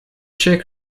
shake